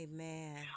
Amen